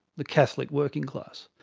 the catholic working class.